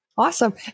Awesome